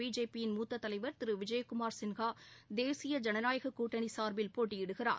BJP யிள் மூத்ததலைவா் திருவிஜயகுமாா் சின்ஹா தேசிய ஜனநாயகக் கூட்டணிசாா்பில் போட்டியிடுகிறார்